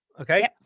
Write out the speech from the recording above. Okay